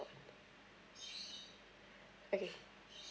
okay